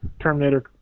Terminator